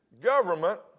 government